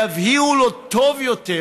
יבהירו לו טוב יותר